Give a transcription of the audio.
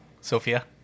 Sophia